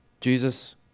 Jesus